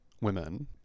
women